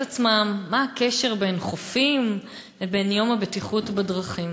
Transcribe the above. עצמם מה הקשר בין חופים לבין יום הבטיחות בדרכים,